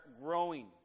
growing